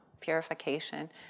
purification